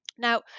Now